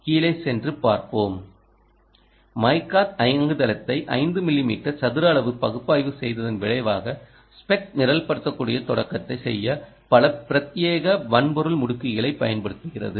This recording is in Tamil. கீழே சென்று பார்ப்போம் மைக்கா இயங்குதளத்தை 5 மிமீ சதுர அளவு பகுப்பாய்வு செய்வதன் விளைவாக ஸ்பெக் நிரல்படுத்தக்கூடிய தொடக்கத்தை செய்ய பல பிரத்யேக வன்பொருள் முடுக்கிகளைப் பயன்படுத்துகிறது